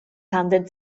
handelt